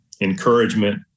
encouragement